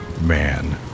man